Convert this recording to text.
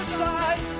side